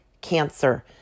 cancer